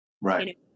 right